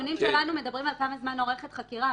הנתונים שלנו מדברים על כמה זמן אורכת חקירה,